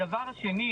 הדבר השני